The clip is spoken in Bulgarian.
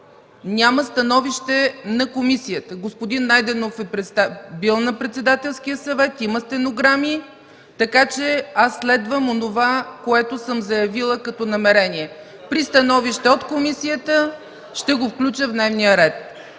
няма становище на комисията. Господин Найденов е бил на Председателски съвет, има стенограми, така че аз следвам това, което съм заявила като намерение – при становище от комисията ще го включа в дневния ред.